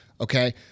Okay